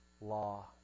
Law